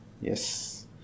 Yes